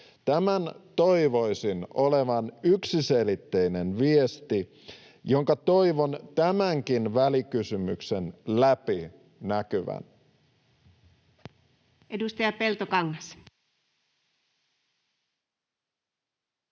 Tämän toivoisin olevan yksiselitteinen viesti, jonka toivon tämänkin välikysymyksen läpi näkyvän.